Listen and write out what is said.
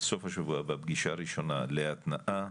סוף השבוע הבא פגישה ראשונה להתנעה,